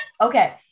okay